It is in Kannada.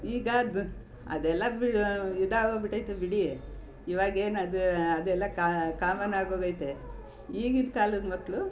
ಈಗ ಅದೆಲ್ಲ ಬಿ ಇದಾಗೋಗ್ಬಿಟೈತೆ ಬಿಡಿ ಇವಾಗ ಏನು ಅದು ಅದೆಲ್ಲ ಕಾಮನ್ ಆಗೋಗೈತೆ ಈಗಿನ ಕಾಲದ ಮಕ್ಕಳು